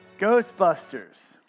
Ghostbusters